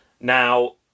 Now